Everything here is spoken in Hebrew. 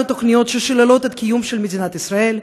התוכניות ששוללות את הקיום של מדינת ישראל,